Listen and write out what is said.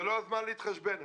זה לא הזמן להתחשבן.